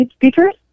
features